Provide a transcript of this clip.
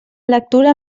lectura